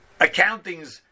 accountings